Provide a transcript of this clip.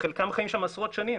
חלקם חיים שם עשרות שנים